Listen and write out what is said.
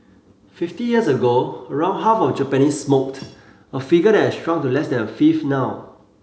fifty years ago around half of Japanese smoked a figure that has shrunk to less than a fifth now